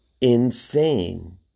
insane